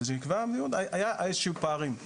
היה אילו שהם פערים.